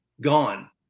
gone